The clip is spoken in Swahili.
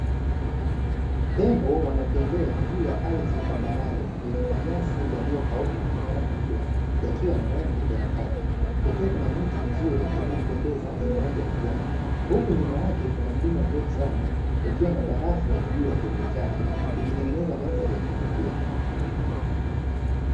Tembo wanatembea juu ya ardhi tambarare yenye manyasi yaliyokauka kutokana na jua yakiwa na rangi ya kaki, kukiwa kuna miti mizuri inayopendeza yenye ya rangi ya kijani, huku nyuma yake kuna mlima mrefu sana ukiwa na barafu juu ya kilele chake ikitengeneza mandhari ya kuvutia.